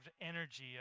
energy